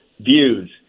views